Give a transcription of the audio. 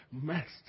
Master